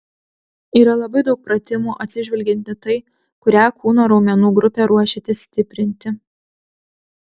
yra labai daug pratimų atsižvelgiant į tai kurią kūno raumenų grupę ruošiatės stiprinti